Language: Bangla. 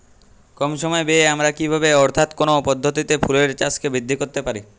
কম সময় ব্যায়ে আমরা কি ভাবে অর্থাৎ কোন পদ্ধতিতে ফুলের চাষকে বৃদ্ধি করতে পারি?